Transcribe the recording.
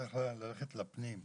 אני צריך ללכת לוועדת הפנים,